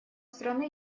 страны